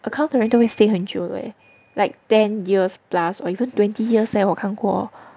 account 的人都会 stay 很久 like ten years plus or even twenty years leh 我看过